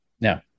No